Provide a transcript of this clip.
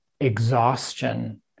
exhaustion